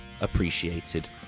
appreciated